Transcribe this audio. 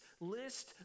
list